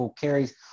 carries